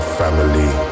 family